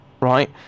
right